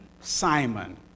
Simon